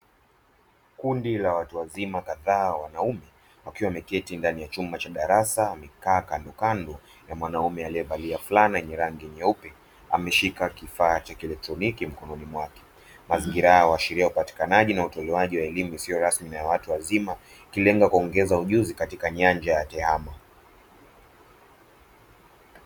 Kundi la watu wazima kadhaa wanaume wakiwa wameketi ndani ya chumba cha darasa wamekaa kandokando na mwanaume aliyevalia fulana yenye rangi nyeupe ameshika kifaa cha kielektroniki mkononi mwake. Mazingira haya huashiria upatikanaji na utolewaji wa elimu isiyo rasmi na ya watu wazima ikilenga kuongeza ujuzi katika nyanja ya tehama.